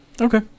Okay